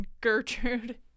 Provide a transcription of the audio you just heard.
Gertrude